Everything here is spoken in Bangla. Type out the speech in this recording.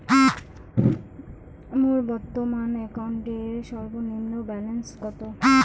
মোর বর্তমান অ্যাকাউন্টের সর্বনিম্ন ব্যালেন্স কত?